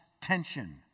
tension